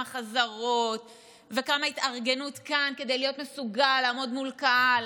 חזרות וכמה התארגנות כאן כדי להיות מסוגל לעמוד מול קהל,